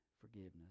forgiveness